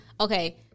Okay